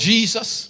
Jesus